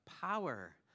power